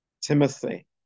Timothy